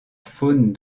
faune